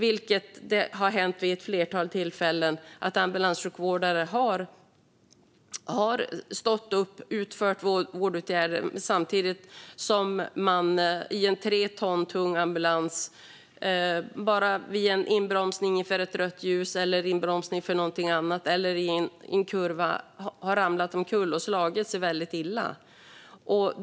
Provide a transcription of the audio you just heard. Det har vid ett flertal tillfällen hänt att ambulanssjukvårdare har stått upp och utfört vårdåtgärder samtidigt som man i en tre ton tung ambulans vid en inbromsning inför rött ljus eller i en kurva har ramlat omkull och slagit sig väldigt illa.